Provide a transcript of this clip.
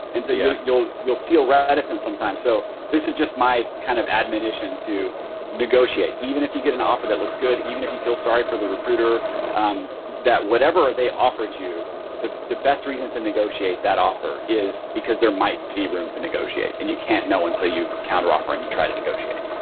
and so yeah you'll you'll feel reticence sometimes. so this is just my kind of admonition to negotiate. even if you get an offer that looks good. even if you feel sorry for the recruiter um that whatever they offered you the the best reason to negotiate that offer is because there might be room to negotiate, and you can't know until you counter offer and you try to negotiate.